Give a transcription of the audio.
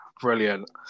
brilliant